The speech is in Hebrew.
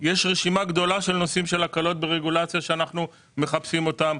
יש רשימה גדולה של נושאים של הקלות ברגולציה שאנחנו מחפשים אותם,